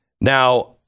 Now